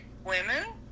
women